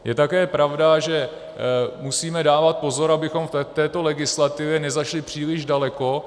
Je také pravda, že musíme dávat pozor, abychom v této legislativě nezašli příliš daleko.